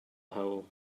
hole